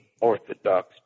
Orthodox